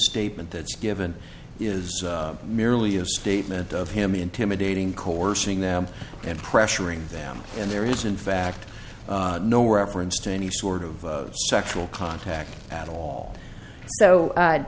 statement that's given is merely a statement of him intimidating coercing them and pressuring them and there is in fact no reference to any sort of sexual contact at all so